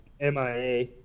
MIA